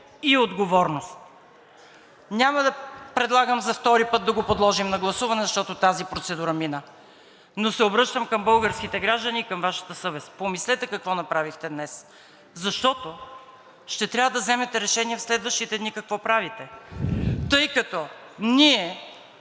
и отговорност. Няма да предлагам за втори път да го подложим на гласуване, защото тази процедура мина, но се обръщам към българските граждани и към Вашата съвест. Помислете какво направихте днес, защото ще трябва да вземете решение в следващите дни какво правите, тъй като ние